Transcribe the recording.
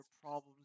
problems